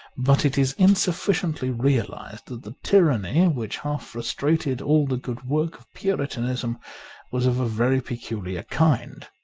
but it is insufficiently realized that the tyranny which half frustrated all the good work of puritanism was of a very peculiar kind.